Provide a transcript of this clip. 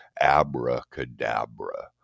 abracadabra